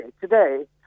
today